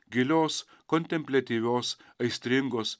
gilios kontempliatyvios aistringos